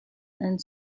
and